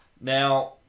Now